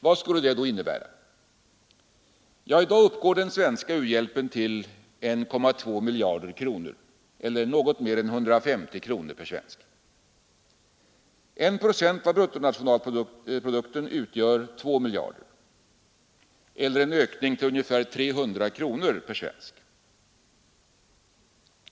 Vad skulle det då innebära? I dag uppgår den svenska u-hjälpen till 1,2 miljarder kronor eller något mer än 150 kronor per svensk. 1 procent av bruttonationalprodukten utgör 2 miljarder eller ungefär 300 kronor per svensk.